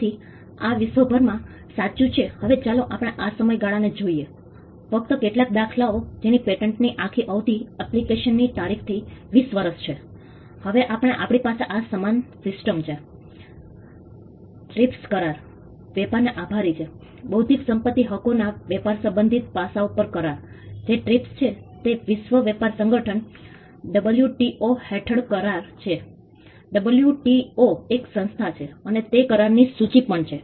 તેથી આ વિશ્વભરમાં સાચું છે હવે ચાલો આપણે આ સમયગાળાને જોઈએ ફક્ત કેટલાક દાખલાઓ જેની પેટન્ટની આખી અવધિ એપ્લિકેશનની તારીખથી 20 વર્ષ છે અને હવે આપણી પાસે આ સમાન સિસ્ટમ છે ટ્રિપ્સ કરાર વેપારને આભારી છે બૌદ્ધિક સંપત્તિ હકોના વેપાર સંબંધિત પાસાઓ પર કરાર જે ટ્રિપ્સ છે તે વિશ્વ વેપાર સંગઠન WTO હેઠળ કરાર છે WTO એક સંસ્થા છે અને તે કરારની સૂચિ પણ છે